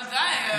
אבל די,